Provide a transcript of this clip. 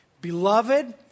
Beloved